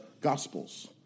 Gospels